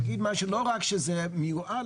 לא רק שזה מיועד,